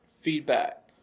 feedback